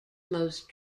most